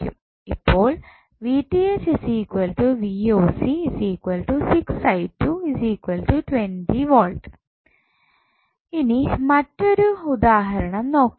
ഇപ്പോൾ V ഇനി മറ്റൊരു ഉദാഹരണം നോക്കാം